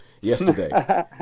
yesterday